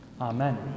Amen